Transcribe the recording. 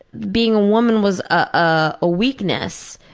being a woman was ah a weakness.